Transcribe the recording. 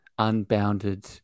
unbounded